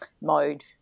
mode